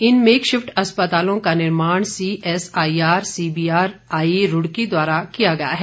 इन makeshift अस्पतालों का निर्माण सीएसआईआर सीबी आरआई रूड़की द्वारा किया गया है